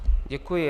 Děkuji.